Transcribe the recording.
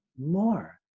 more